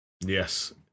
Yes